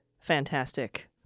fantastic